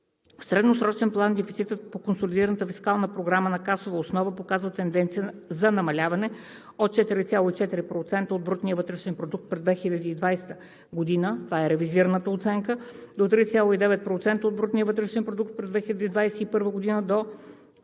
средносрочен план дефицитът по Консолидираната фискална програма (на касова основа) показва тенденция на намаляване от 4,4% от брутния вътрешен продукт през 2020 г. (ревизирана оценка), до 3,9% от брутния вътрешен продукт през 2021 г., до 2,0%